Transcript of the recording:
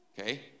Okay